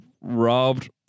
robbed